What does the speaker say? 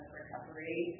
recovery